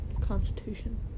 Constitution